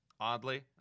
Oddly